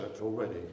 already